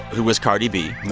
who was cardi b.